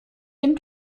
dem